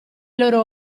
loro